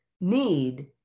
need